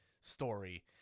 story